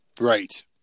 Right